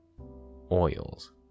oils